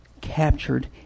captured